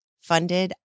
funded